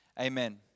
amen